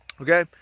okay